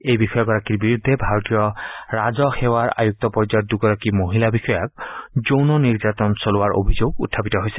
এই বিষয়াগৰাকীৰ বিৰুদ্ধে ভাৰতীয় ৰাজহ সেৱাৰ আয়ুক্ত পৰ্যায়ৰ দুগৰাকী মহিলা বিষয়াক যৌন নিৰ্যাতন চলোৱাৰ অভিযোগ উত্থাপিত হৈছে